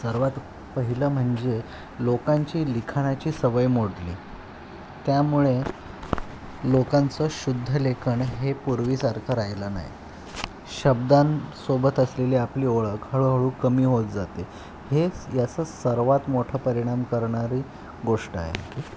सर्वात पहिलं म्हणजे लोकांची लिखाणाची सवय मोडली त्यामुळे लोकांचं शुद्धलेखन हे पूर्वीसारखं राहिलं नाही शब्दांसोबत असलेली आपली ओळख हळूहळू कमी होत जाते हेच याचं सर्वात मोठं परिणाम करणारी गोष्ट आहे